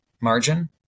margin